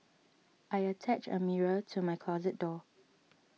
I attached a mirror to my closet door